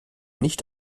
nicht